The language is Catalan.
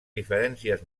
diferències